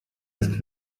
ist